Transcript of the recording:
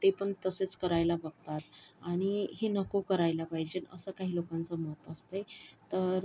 ते पण तसेच करायला बघतात आणि हे नको करायला पाहिजेन असं काही लोकांचं मत असते तर